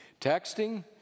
texting